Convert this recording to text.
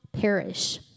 perish